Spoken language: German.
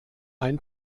ein